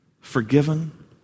forgiven